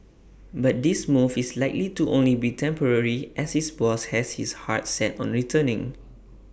but this move is likely to only be temporary as his boss has his heart set on returning